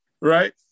right